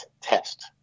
test